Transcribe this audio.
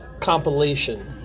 compilation